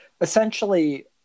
essentially